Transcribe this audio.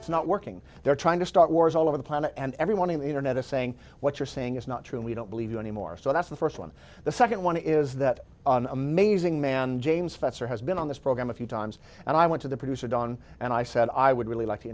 it's not working they're trying to start wars all over the planet and everyone on the internet is saying what you're saying is not true we don't believe you anymore so that's the first one the second one is that amazing man james fetzer has been on this program a few times and i went to the producer don and i said i would really like t